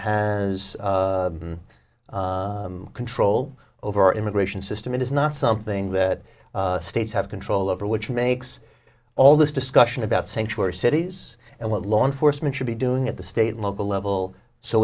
has control over our immigration system it is not something that states have control over which makes all this discussion about sanctuary cities and what law enforcement should be doing at the state local level so